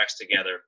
together